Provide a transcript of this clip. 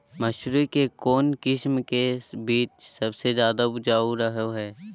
मसूरी के कौन किस्म के बीच ज्यादा उपजाऊ रहो हय?